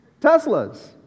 Teslas